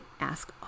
ask